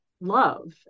love